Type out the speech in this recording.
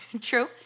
True